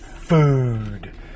food